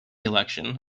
election